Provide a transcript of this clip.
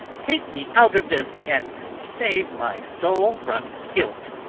take me out of this and save my soul from guilt!